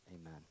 Amen